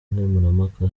nkemurampaka